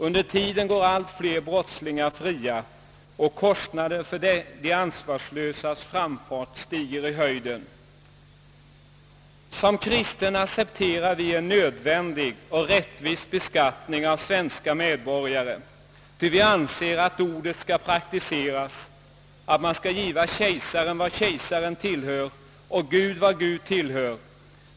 Under tiden går allt fler brottslingar fria, och kostnaderna för de ansvarslösas framfart stiger i höjden. Som kristna accepterar vi en nödvändig och rättvis beskattning av svens ka medborgare, ty vi anser att det ordet skall praktiseras: Man skall giva kejsaren vad kejsaren tillhör och Gud vad Gud tillhör.